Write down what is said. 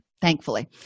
thankfully